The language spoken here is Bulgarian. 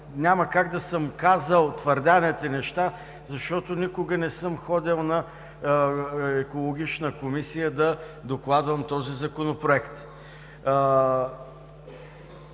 няма как да съм казал твърдените неща, защото никога не съм ходил на Екологична комисия да докладвам този Законопроект.